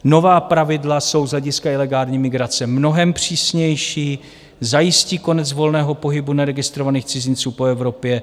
Nová pravidla jsou z hlediska ilegální migrace mnohem přísnější, zajistí konec volného pohybu neregistrovaných cizinců po Evropě.